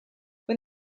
when